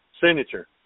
signature